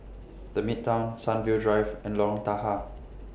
The Midtown Sunview Drive and Lorong Tahar